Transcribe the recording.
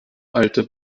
alte